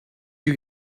you